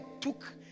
took